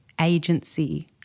agency